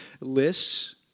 lists